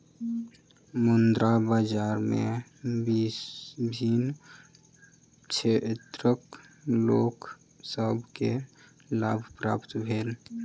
मुद्रा बाजार में विभिन्न क्षेत्रक लोक सभ के लाभ प्राप्त भेल